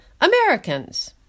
Americans